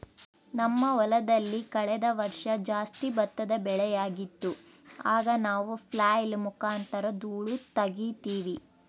ನಮ್ಮ ಹೊಲದಲ್ಲಿ ಕಳೆದ ವರ್ಷ ಜಾಸ್ತಿ ಭತ್ತದ ಬೆಳೆಯಾಗಿತ್ತು, ಆಗ ನಾವು ಫ್ಲ್ಯಾಯ್ಲ್ ಮುಖಾಂತರ ಧೂಳು ತಗೀತಿವಿ